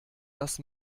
das